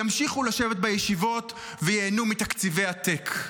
ימשיכו לשבת בישיבות וייהנו מתקציבי עתק.